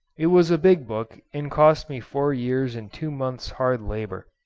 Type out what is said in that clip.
it was a big book, and cost me four years and two months' hard labour.